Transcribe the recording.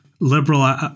liberal